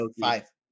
Five